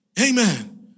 Amen